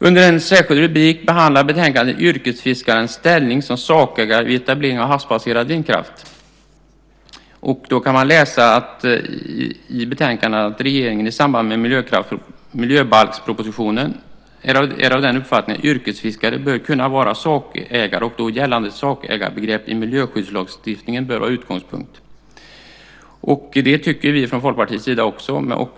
Under en särskild rubrik behandlas i betänkandet yrkesfiskarnas ställning som sakägare vid etablering av havsbaserad vindkraft. I betänkandet kan man läsa att regeringen i samband med miljöbalkspropositionen var av uppfattningen att yrkesfiskare bör kunna vara sakägare och att då gällande sakägarbegrepp i miljöskyddslagstiftningen bör vara utgångspunkt. Det tycker vi också från Folkpartiets sida.